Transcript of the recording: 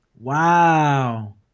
Wow